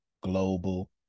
global